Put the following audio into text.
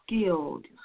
skilled